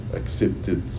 accepted